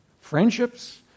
Friendships